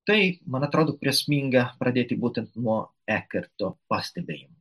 tai man atrodo prasminga pradėti būtent nuo ekerto pastebėjimu